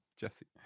Jesse